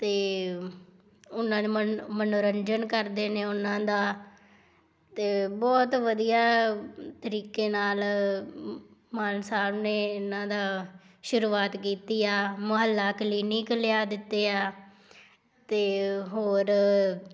ਅਤੇ ਉਹਨਾਂ ਨੇ ਮਨੋ ਮਨੋਰੰਜਨ ਕਰਦੇ ਨੇ ਉਹਨਾਂ ਦਾ ਅਤੇ ਬਹੁਤ ਵਧੀਆ ਤਰੀਕੇ ਨਾਲ ਮਾਨ ਸਾਹਿਬ ਨੇ ਇਹਨਾਂ ਦਾ ਸ਼ੁਰੂਆਤ ਕੀਤੀ ਆ ਮੁਹੱਲਾ ਕਲੀਨਿਕ ਲਿਆ ਦਿੱਤੇ ਆ ਅਤੇ ਹੋਰ